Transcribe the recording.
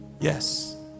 Yes